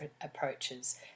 approaches